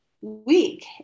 week